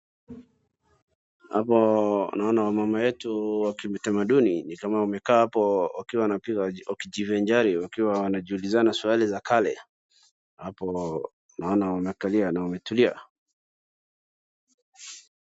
Hapo naona wamama wetu wa kitamaduni. Ni kama wamekaa hapo wakijivinjari wakiwa wanajiulizana swali za kale. Hapo naona wamekalia na wametulia.